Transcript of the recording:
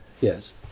yes